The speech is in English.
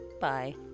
bye